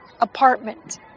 apartment